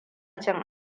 cin